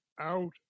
out